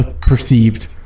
perceived